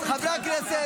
הקואליציה.